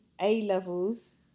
A-levels